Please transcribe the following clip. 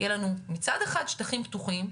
יהיה לנו מצד אחד שטחים פתוחים,